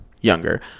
younger